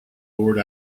lord